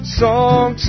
song